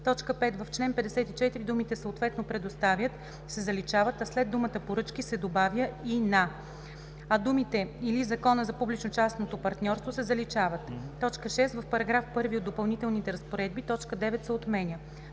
5. В чл. 54 думите „съответно предоставят“ се заличават, след думата „поръчки“ се добавя „и на“, а думите „или Закона за публично-частното партньорство“ се заличават. 6. В § 1 от Допълнителните разпоредби т. 9 се отменя.